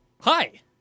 Hi